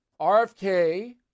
RFK